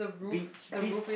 beach beach